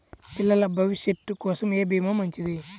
పిల్లల భవిష్యత్ కోసం ఏ భీమా మంచిది?